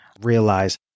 realize